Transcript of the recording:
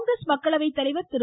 காங்கிரஸ் மக்களவைத்தலைவர் திரு